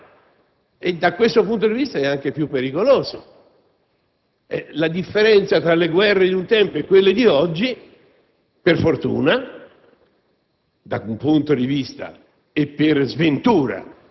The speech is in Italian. È un esercito nascosto, che appare e scompare, e da questo punto di vista è anche più pericoloso. La differenza, fra le guerre di un tempo e quelle di oggi, per fortuna,